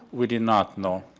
we did not, no.